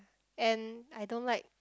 and I don't like